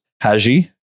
Haji